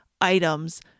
items